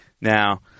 Now